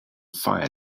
fire